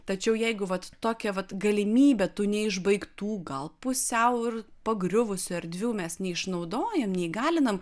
tačiau jeigu vat tokia vat galimybė tų neišbaigtų gal pusiau ir pagriuvusių erdvių mes neišnaudojam neįgalinam